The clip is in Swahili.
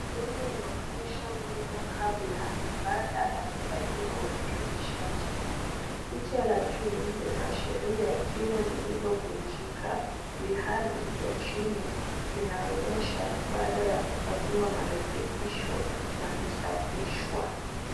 Mdomo unaonyesha meno kabla na baada ya kufanyiwa urekebishaji. Picha la juu linaashiria jino lililovunjika, ilhali ya chini linaonyesha baada ya kufanyiwa marekebisho ya kusafishwa.